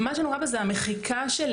מה שנורא זה המחיקה של